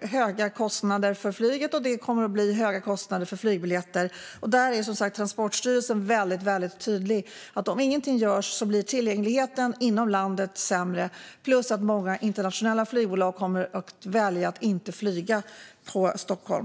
höga kostnader för flyget, och det kommer att leda till höga kostnader för flygbiljetter. Där är, som sagt, Transportstyrelsen väldigt tydlig med att om ingenting görs blir tillgängligheten inom landet sämre plus att många internationella flygbolag kommer att välja att inte flyga på Stockholm.